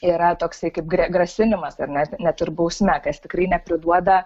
yra toksai kaip grasinimas ar ne net ir bausme kas tikrai nepriduoda